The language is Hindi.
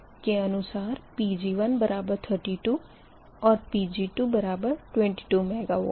इसके अनुसार Pg132 और Pg222 MW है